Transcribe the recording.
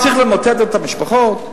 צריך למוטט את המשפחות?